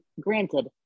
Granted